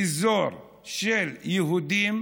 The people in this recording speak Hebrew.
באזור של יהודים